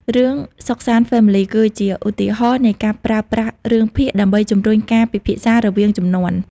រឿង "Sok San Family" គឺជាឧទាហរណ៍នៃការប្រើប្រាស់រឿងភាគដើម្បីជំរុញការពិភាក្សារវាងជំនាន់។